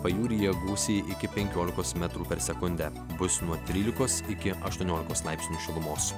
pajūryje gūsiai iki penkiolikos metrų per sekundę bus nuo trylikos iki aštuoniolikos laipsnių šilumos